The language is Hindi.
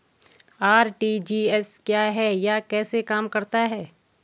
आर.टी.जी.एस क्या है यह कैसे काम करता है?